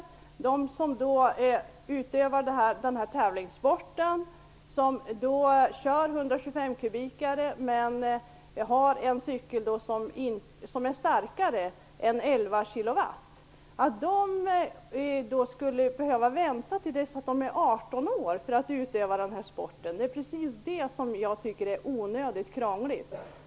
Att de som utövar tävlingssporten, vilka kör 125-kubikare men med en högre styrka än 11 kW, skall behöva vänta tills de blir 18 år för att få utöva sporten tycker jag är onödigt krångligt.